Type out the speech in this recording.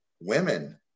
women